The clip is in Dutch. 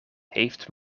heeft